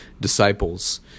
disciples